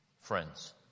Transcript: friends